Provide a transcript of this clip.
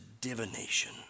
divination